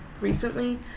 recently